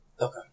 Okay